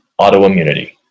autoimmunity